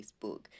Facebook